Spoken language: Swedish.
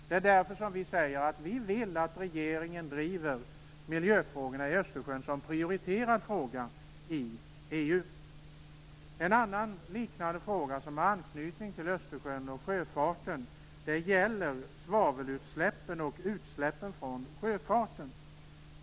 Det är därför vi säger att vi vill att regeringen driver miljöfrågorna i Östersjön som en prioriterad fråga i EU. En annan liknande fråga, som har anknytning till Östersjön och sjöfarten, gäller svavelutsläppen och andra utsläpp från sjöfarten.